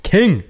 King